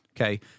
okay